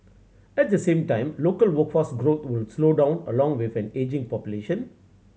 at the same time local workforce growth would slow down along with an ageing population